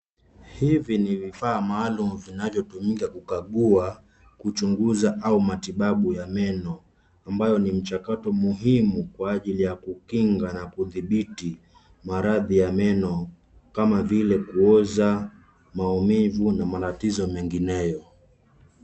Hivi ni vifaa maalum vinavyotumika kukagua, kuchunguza au matibabu ya meno ambayo ni mchakato muhimu kwa ajili ya kukinga na kudhibiti maradhi ya meno kama vile kuoza , maumivu na matatizo mengineyo.